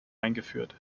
eingeführt